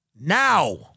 Now